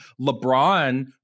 LeBron –